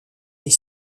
est